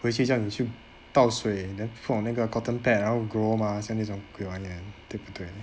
回去叫你去倒水 then 换那个 cotton pad 然后 grow mah 像那种对吗对不对